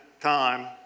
time